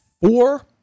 four